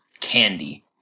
Candy